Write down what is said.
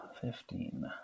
Fifteen